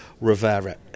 Rivera